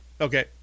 Okay